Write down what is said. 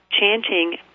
chanting